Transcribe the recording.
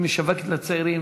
היא משווקת לצעירים,